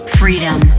freedom